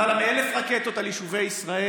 למעלה מ-1,000 רקטות על יישובי ישראל,